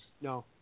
No